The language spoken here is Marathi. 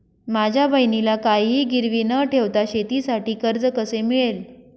माझ्या बहिणीला काहिही गिरवी न ठेवता शेतीसाठी कर्ज कसे मिळेल?